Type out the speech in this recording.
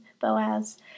Boaz